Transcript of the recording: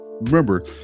remember